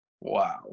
Wow